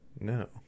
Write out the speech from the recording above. No